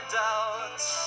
doubts